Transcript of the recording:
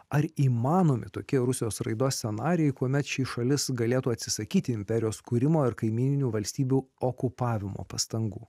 ar įmanomi tokie rusijos raidos scenarijai kuomet ši šalis galėtų atsisakyti imperijos kūrimo ir kaimyninių valstybių okupavimo pastangų